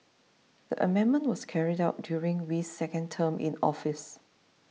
the amendment was carried out during wee's second term in office